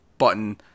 button